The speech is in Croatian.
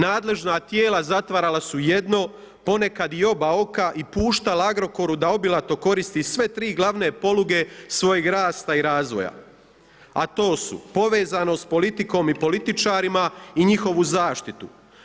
Nadležna tijela zatvarala su jedno, ponekad i oba oka i puštala Agrokoru da obilato koristi sve tri glavne poluge svojeg rasta i razvoja, a to su: povezanost politikom i političarima i njihovu zaštitu.